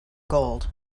gold